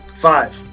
Five